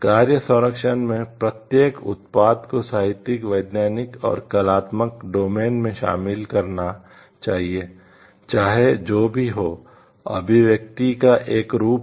कार्य संरक्षण में प्रत्येक उत्पाद को साहित्यिक वैज्ञानिक और कलात्मक डोमेन में शामिल करना चाहिए चाहे जो भी हो अभिव्यक्ति का एक रूप है